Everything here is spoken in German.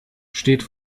steht